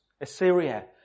Assyria